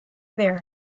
there